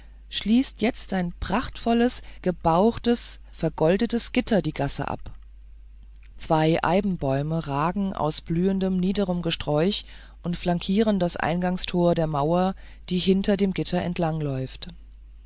schließt jetzt ein prachtvolles gebauchtes vergoldetes gitter die gasse ab zwei eibenbäume ragen aus blühendem niederem gesträuch und flankieren das eingangstor der mauer die hinter dem gitter entlang läuft